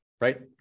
right